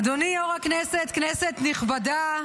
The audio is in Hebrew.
אדוני יו"ר הישיבה, כנסת נכבדה,